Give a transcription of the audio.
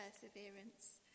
perseverance